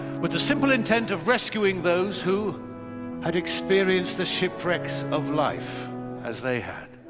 with the simple intent of rescuing those who had experienced the shipwrecks of life as they had.